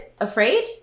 afraid